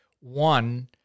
one